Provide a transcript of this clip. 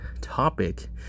topic